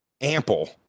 ample